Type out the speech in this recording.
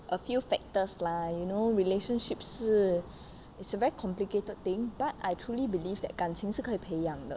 a few factors lah you know relationship 是 it's a very complicated thing but I truly believe that 感情是可以培养的